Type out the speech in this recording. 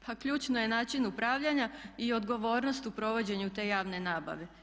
Pa ključan je način upravljanja i odgovornost u provođenju te javne nabave.